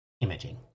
imaging